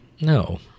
no